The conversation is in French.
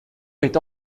est